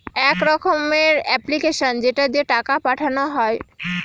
এক রকমের এপ্লিকেশান যেটা দিয়ে টাকা পাঠানো হয়